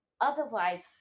Otherwise